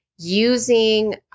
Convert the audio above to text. using